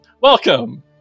Welcome